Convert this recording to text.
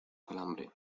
calambre